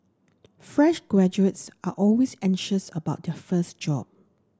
fresh graduates are always anxious about their first job